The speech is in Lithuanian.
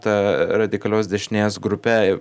ta radikalios dešinės grupe